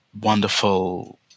wonderful